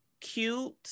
cute